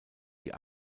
die